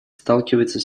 сталкивается